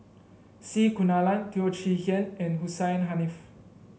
C Kunalan Teo Chee Hean and Hussein Haniff